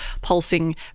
pulsing